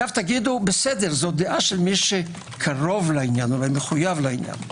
תגידו זה דעה של מי שקרוב לעניין, מקורב לעניין.